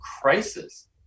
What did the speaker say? crisis